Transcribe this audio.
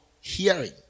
Hearing